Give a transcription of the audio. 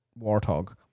warthog